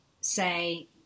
say